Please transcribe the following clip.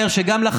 אבל ביבי.